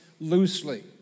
loosely